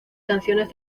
canciones